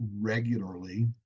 regularly